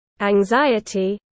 anxiety